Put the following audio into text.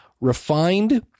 refined